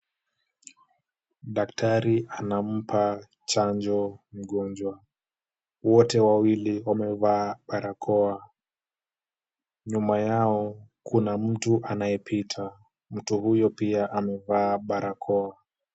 Daktari anampa chanjo mgonjwa. Wote wawili wamevaa barakoa. Nyuma yao, kuna mtu anayepita. Mtu huyo pia amevaa barakoa.